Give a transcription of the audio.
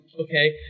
okay